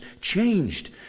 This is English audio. changed